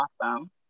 awesome